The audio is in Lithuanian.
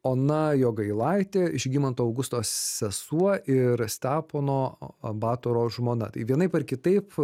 ona jogailaitė žygimanto augusto sesuo ir stepono batoro žmona tai vienaip ar kitaip